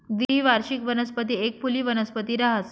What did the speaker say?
द्विवार्षिक वनस्पती एक फुली वनस्पती रहास